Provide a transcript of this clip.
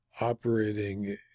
operating